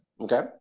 Okay